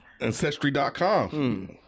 ancestry.com